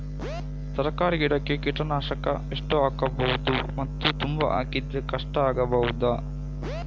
ತರಕಾರಿ ಗಿಡಕ್ಕೆ ಕೀಟನಾಶಕ ಎಷ್ಟು ಹಾಕ್ಬೋದು ಮತ್ತು ತುಂಬಾ ಹಾಕಿದ್ರೆ ಕಷ್ಟ ಆಗಬಹುದ?